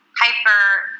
hyper